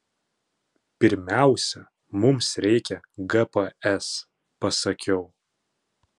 pirmiausia mums reikia gps pasakiau